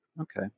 Okay